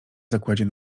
zakładzie